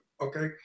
okay